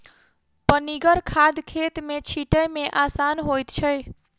पनिगर खाद खेत मे छीटै मे आसान होइत छै